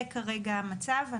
זה כרגע המצב.